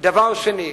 דבר שני,